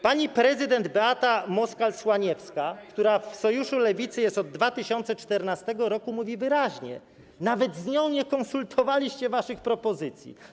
Pani prezydent Beata Moskal-Słaniewska, która w sojuszu Lewicy jest od 2014 r., mówi wyraźnie: nawet z nią nie konsultowaliście waszych propozycji.